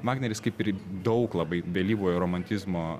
vagneris kaip ir daug labai vėlyvojo romantizmo